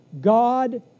God